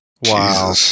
Wow